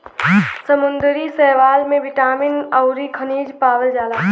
समुंदरी शैवाल में बिटामिन अउरी खनिज पावल जाला